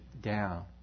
down